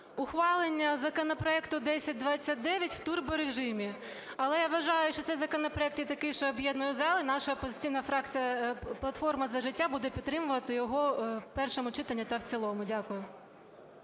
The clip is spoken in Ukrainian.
ухвалення законопроекту 1029 в турборежимі. Але я вважаю, що цей законопроект є такий, що об’єднує зал і наша опозиційна фракція "Платформа – За життя" буде підтримувати його в першому читанні та в цілому. Дякую.